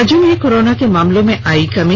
राज्य में कोरोना के मामलों में आई कमी